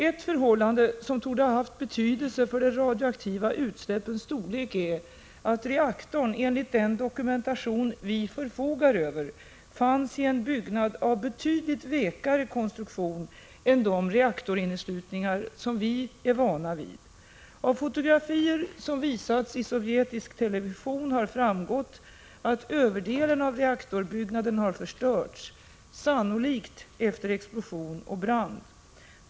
Ett förhållande som torde ha haft betydelse för de radioaktiva utsläppens storlek är att reaktorn — enligt den dokumentation vi förfogar över — fanns i en byggnad av betydligt vekare konstruktion än de reaktorinneslutningar som vi är vana vid. Av fotografier som visats i sovjetisk television har framgått att överdelen av reaktorbyggnaden har förstörts, sannolikt efter explosion och brand.